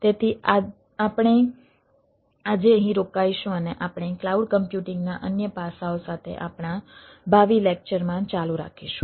તેથી આપણે આજે અહીં રોકાઈશું અને આપણે ક્લાઉડ કમ્પ્યુટિંગના અન્ય પાસાઓ સાથે આપણા ભાવિ લેક્ચરમાં ચાલુ રાખીશું